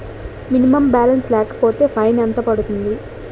Minimum balance లేకపోతే fine ఎంత పడుతుంది?